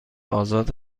آزاد